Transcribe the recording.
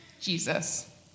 Jesus